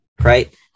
right